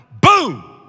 Boom